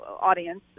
audience